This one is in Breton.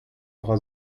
dra